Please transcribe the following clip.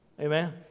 Amen